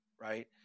right